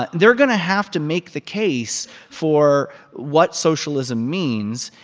like they're going to have to make the case for what socialism means,